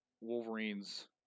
wolverine's